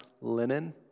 linen